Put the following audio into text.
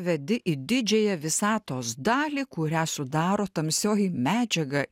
vedi į didžiąją visatos dalį kurią sudaro tamsioji medžiaga